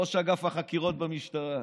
ראש אגף החקירות במשטרה.